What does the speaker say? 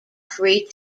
free